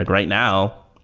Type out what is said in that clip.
and right now,